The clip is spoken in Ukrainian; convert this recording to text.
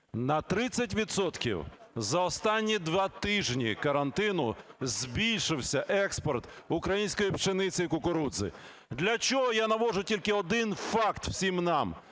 за останні два тижні карантину збільшився експорт української пшениці і кукурудзи. Для чого я наводжу тільки один факт всім нам?